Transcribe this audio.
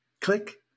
click